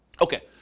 Okay